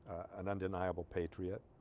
an undeniable patriot